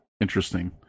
interesting